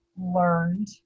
learned